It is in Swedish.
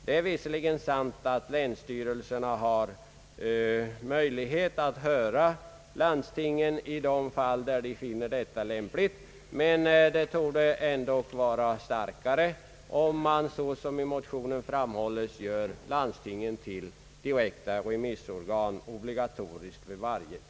Det är visserligen sant att länsstyrelserna har möjlighet att höra landstingen i de fall där de finner detta lämpligt, men det torde vara bättre om landstingen, som det föreslås i motionerna, görs till obligatoriska remissorgan.